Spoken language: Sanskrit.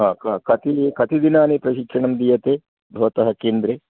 कति कति दिनानि प्रशिक्षणं दीयते भवतां केन्द्रे